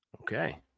Okay